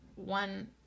one